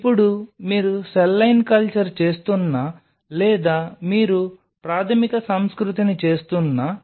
ఇప్పుడు మీరు cell line culture చేస్తున్నా లేదా మీరు ప్రాథమిక సంస్కృతిని చేస్తున్నా